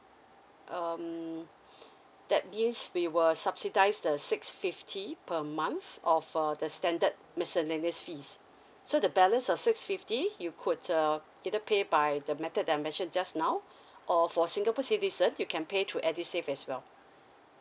um that means we will subsidise the six fifty per month of a the standard miscellaneous fees so the balance of six fifty you could uh either pay by the method that I mentioned just now or for singapore citizens you can pay through edusave as well